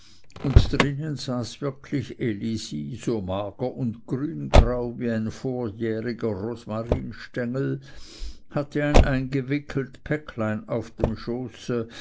und drinnen saß wirklich elisi so mager und grüngrau wie ein vorjähriger rosmarinstengel hatte ein eingewickelt päcklein auf dem schoße